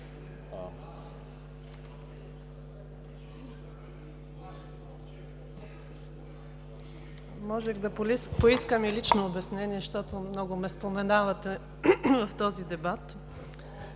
Можех да поискам и лично обяснение, защото много ме споменавате в този дебат.